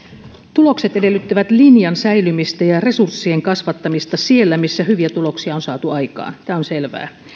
tulokset edellyttävät linjan säilymistä ja ja resurssien kasvattamista siellä missä hyviä tuloksia on saatu aikaan tämä on selvää